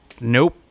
Nope